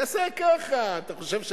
תעשה ככה, אתה חושב שאתה,